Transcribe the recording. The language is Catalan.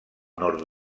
nord